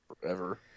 Forever